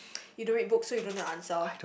you don't read book so you don't need to answer